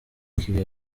kigali